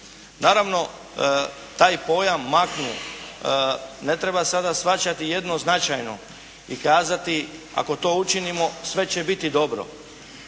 Naravno taj pojam maknu ne treba sada shvaćati jednoznačajno i kazati ako to učinimo sve će biti dobro,